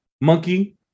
monkey